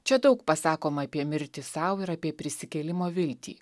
čia daug pasakoma apie mirtį sau ir apie prisikėlimo viltį